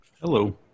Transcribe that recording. Hello